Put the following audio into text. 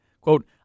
quote